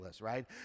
right